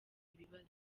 ibibazo